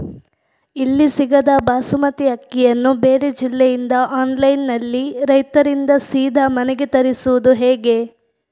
ಇಲ್ಲಿ ಸಿಗದ ಬಾಸುಮತಿ ಅಕ್ಕಿಯನ್ನು ಬೇರೆ ಜಿಲ್ಲೆ ಇಂದ ಆನ್ಲೈನ್ನಲ್ಲಿ ರೈತರಿಂದ ಸೀದಾ ಮನೆಗೆ ತರಿಸುವುದು ಹೇಗೆ?